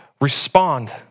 respond